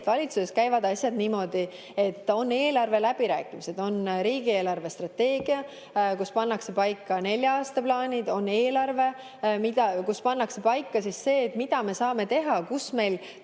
valitsuses käivad asjad niimoodi, et on eelarveläbirääkimised, on riigi eelarvestrateegia, kus pannakse paika nelja aasta plaanid, on eelarve, kus pannakse paika see, mida me saame teha, kust meil